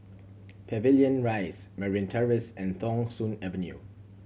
Pavilion Rise Merryn Terrace and Thong Soon Avenue